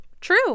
True